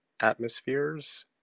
atmospheres